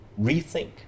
rethink